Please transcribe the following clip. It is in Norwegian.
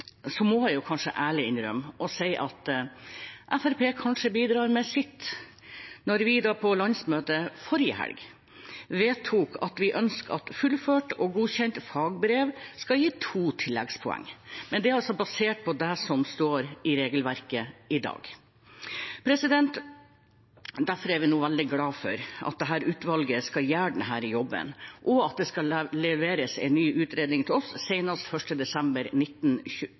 landsmøtet forrige helg vedtok at vi ønsker at fullført og godkjent fagbrev skal gi to tilleggspoeng. Men det er basert på det som står i regelverket i dag. Derfor er vi nå veldig glad for at dette utvalget skal gjøre denne jobben, og at det skal leveres en ny utredning til oss senest 1. desember